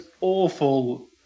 awful